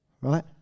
Right